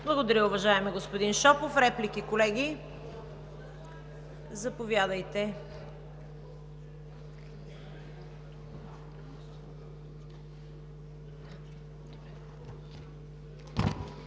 Благодаря, уважаеми господин Шопов. Реплики, колеги? Първа